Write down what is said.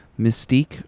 mystique